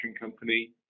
company